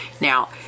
Now